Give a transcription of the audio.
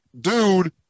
dude